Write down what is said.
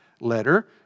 letter